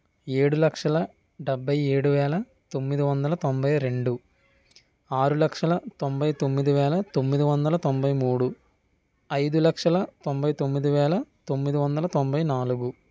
ఏడు లక్షల డెబ్బై ఏడు వేల తొమ్మిది వందల తొంభై రెండు ఆరు లక్షల తొంభై తొమ్మిది వేల తొమ్మిది వందల తొంభై మూడు ఐదు లక్షల తొంభై తొమ్మిది వేల తొమ్మిది వందల తొంభై నాలుగు